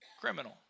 criminal